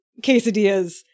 quesadillas